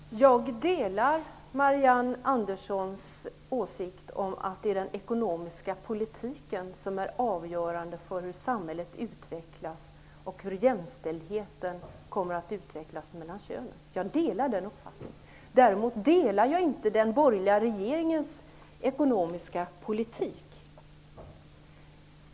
Herr talman! Jag delar Marianne Anderssons åsikt att det är den ekonomiska politiken som är avgörande för hur samhället utvecklas och för hur jämställdheten mellan könen kommer att utvecklas. Däremot ställer jag mig inte bakom den borgerliga regeringens ekonomiska politik.